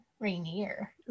Rainier